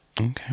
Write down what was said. okay